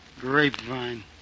Grapevine